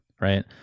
right